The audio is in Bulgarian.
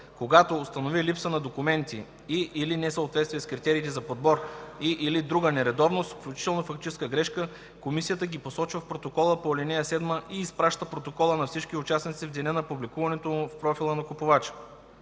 Когато установи липса на документи и/или несъответствие с критериите за подбор, и/или друга нередовност, включително фактическа грешка, комисията ги посочва в протокола по ал. 7 и изпраща протокола на всички участници в деня на публикуването му в профила на купувача.”